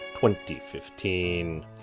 2015